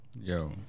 Yo